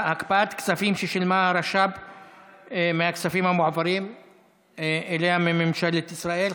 הקפאת כספים ששילמה הרש"פ מהכספים המועברים אליה ממשלת ישראל,